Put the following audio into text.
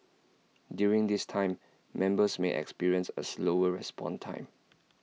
during this time members may experience A slower response time